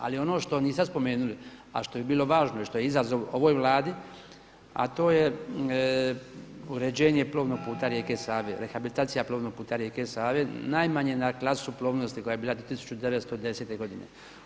Ali ono što niste spomenuli, a što bi bilo važno i što je izazov ovoj Vladi, a to je uređenje plovnog puta rijeke Save, rehabilitacija plovnog puta rijeke Save najmanje na klasu plovnosti koja je bila do Govornik se ne razumije./… godine.